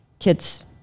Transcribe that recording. Kids